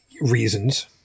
reasons